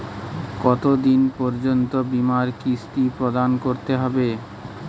কতো দিন পর্যন্ত বিমার কিস্তি প্রদান করতে হবে?